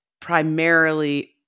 primarily